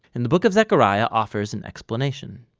and the book of zechariah offers an explanation.